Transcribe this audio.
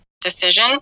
decision